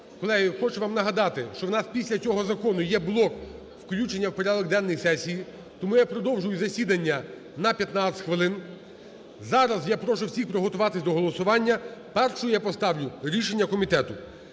Колеги, хочу вам нагадати, що в нас після цього закону є блок включення в порядок денний сесії. Тому я продовжую засідання на 15 хвилин. Зараз я прошу всіх приготуватись до голосування, першою я поставлю рішення комітету